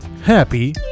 happy